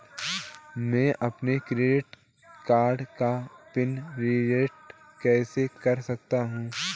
मैं अपने credit card का पिन रिसेट कैसे कर सकता हूँ?